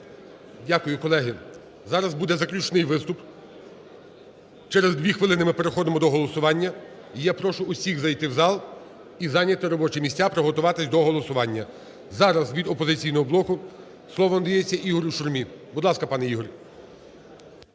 Дякую, колеги. Зараз буде заключний виступ, через дві хвилини ми переходимо до голосування. І я прошу усіх зайти в зал і зайняти робочі місця, приготуватися до голосування. Зараз від "Опозиційного блоку" слово надається Ігорю Шурмі. Будь ласка, пане Ігор.